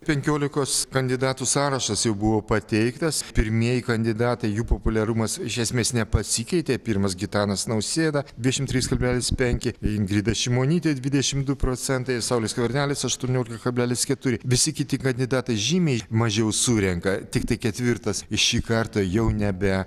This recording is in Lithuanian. penkiolikos kandidatų sąrašas jau buvo pateiktas pirmieji kandidatai jų populiarumas iš esmės nepasikeitė pirmas gitanas nausėda dvidešimt trys kablelis penki ingrida šimonytė dvidešimt du procentai saulius skvernelis aštuoniolika kablelis keturi visi kiti kandidatai žymiai mažiau surenka tiktai ketvirtas šį kartą jau nebe